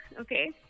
okay